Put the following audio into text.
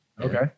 Okay